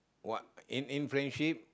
what in in friendship